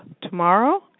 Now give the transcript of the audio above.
tomorrow